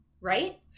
right